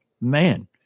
man